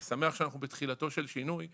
אני שמח שאנחנו בתחילתו של שינוי,